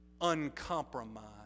uncompromised